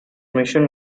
mission